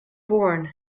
born